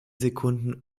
sekunden